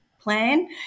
plan